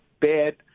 bad